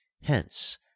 Hence